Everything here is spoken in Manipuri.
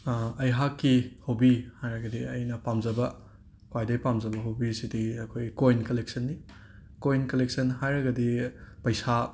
ꯑꯩꯍꯥꯛꯀꯤ ꯍꯣꯕꯤ ꯍꯥꯏꯔꯒꯗꯤ ꯑꯩꯅ ꯄꯥꯝꯖꯕ ꯈ꯭ꯋꯥꯏꯗꯒꯤ ꯄꯥꯝꯖꯕ ꯍꯣꯕꯤꯁꯤꯗꯤ ꯑꯩꯈꯣꯏ ꯀꯣꯏꯟ ꯀꯂꯦꯛꯁꯟ ꯀꯣꯏꯟ ꯀꯂꯦꯛꯁꯟ ꯍꯥꯏꯔꯒꯗꯤ ꯄꯩꯁꯥ